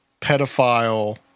pedophile